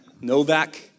Novak